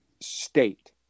state